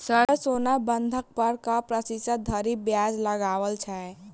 Sir सोना बंधक पर कऽ प्रतिशत धरि ब्याज लगाओल छैय?